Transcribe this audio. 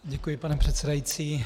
Děkuji, pane předsedající.